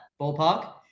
ballpark